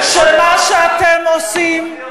אין שם עינוי דין?